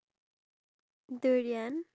my teacher for C_N_N